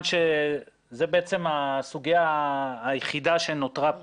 שזו בעצם הסוגיה היחידה שנותרה כאן.